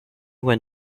when